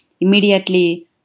immediately